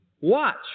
Watch